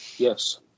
yes